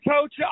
coach